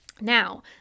Now